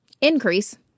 increase